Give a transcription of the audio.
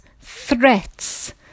threats